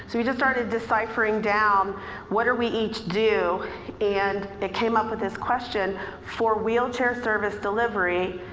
so we just started deciphering down what are we each do and it came up with this question for wheelchair service delivery,